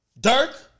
Dirk